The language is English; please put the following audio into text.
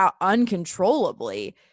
uncontrollably